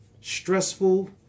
stressful